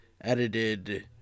edited